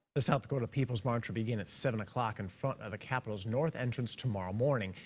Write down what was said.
the south dakota people's march will begin at seven o'clock in front of the capitol's north entrance tomorrow morning.